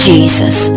Jesus